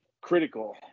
critical